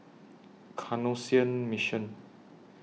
Canossian Mission